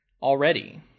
already